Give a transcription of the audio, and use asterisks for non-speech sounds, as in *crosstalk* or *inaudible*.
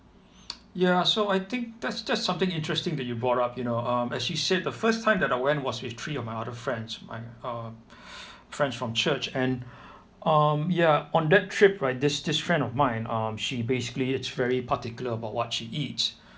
*noise* ya so I think that's that's something interesting that you brought up you know um as you said the first time that I went was with three of my other friends my uh friends from church and um ya on that trip right this this friend of mine um she basically is very particular about what she eats